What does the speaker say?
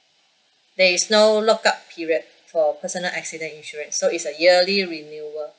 there is no lockup period for personal accident insurance so it's a yearly renewal